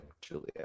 Julia